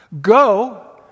Go